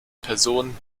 person